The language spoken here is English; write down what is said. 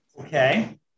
Okay